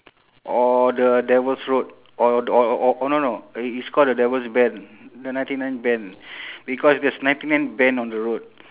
or the devil's road or the or or oh no no it~ it's called the devil's bend the ninety nine bend because there's ninety nine bend on the road